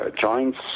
joints